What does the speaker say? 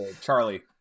Charlie